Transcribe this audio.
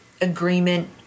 agreement